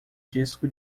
disco